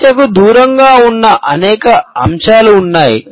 చర్చకు దూరంగా ఉన్న అనేక ఇతర అంశాలు ఉన్నాయి